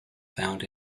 found